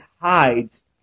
hides